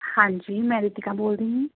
ਹਾਂਜੀ ਮੈਂ ਰੀਤਿਕਾ ਬੋਲ ਰਹੀ